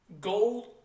gold